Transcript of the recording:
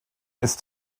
ist